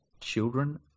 children